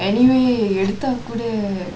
anyway எடுத்தா கூட:eduthaa kuda